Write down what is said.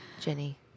Jenny